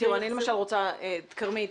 אני למשל רוצה את כרמית.